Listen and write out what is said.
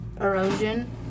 erosion